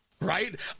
right